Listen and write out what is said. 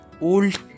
old